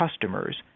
customers